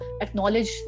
acknowledge